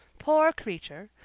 poor creature!